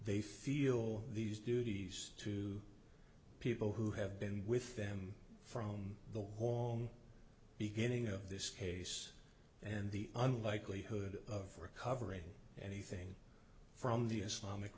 they feel these duties to people who have been with them from the horn beginning of this case and the unlikelihood of recovering anything from the islamic